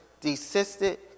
desisted